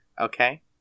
okay